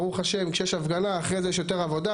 ברוך השם כשיש הפגנה, אחרי זה יש יותר עבודה.